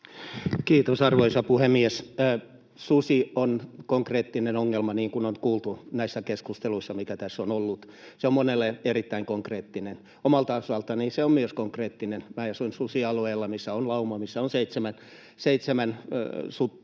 Kiitos, arvoisa puhemies! Susi on konkreettinen ongelma, niin kuin on kuultu näissä keskusteluissa, mitä tässä on ollut — se on monelle erittäin konkreettinen. Omalta osaltani se on myös konkreettinen. Asun susialueella, missä on lauma, missä on seitsemän sutta,